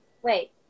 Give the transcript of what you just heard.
Wait